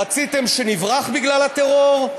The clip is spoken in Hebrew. רציתים שנברח בגלל הטרור?